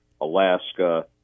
Alaska